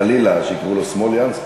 חלילה שיקראו לו סמוֹלינסקי.